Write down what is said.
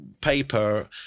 paper